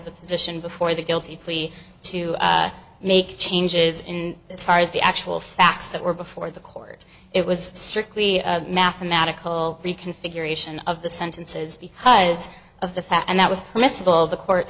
the position before the guilty plea to make changes in this far as the actual facts that were before the court it was strictly mathematical reconfiguration of the sentences because of the fact and that was permissible the court